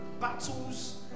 battles